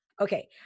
Okay